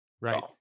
right